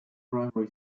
primary